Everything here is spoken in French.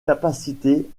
capacité